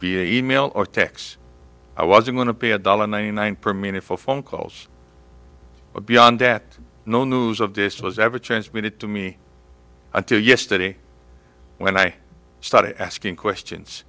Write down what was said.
being a email or text i was going to pay a dollar ninety nine per minute for phone calls but beyond that no news of this was ever transmitted to me until yesterday when i started asking questions